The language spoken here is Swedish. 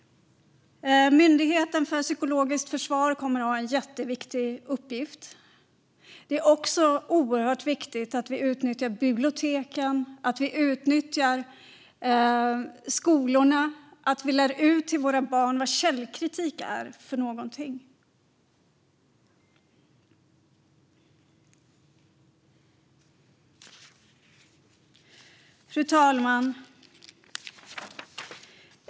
Myndigheten för psykologiskt försvar kommer att ha en jätteviktig uppgift. Det är också oerhört viktigt att vi utnyttjar biblioteken och skolorna och lär ut till våra barn vad källkritik är för något. Fru talman!